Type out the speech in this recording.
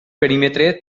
perímetre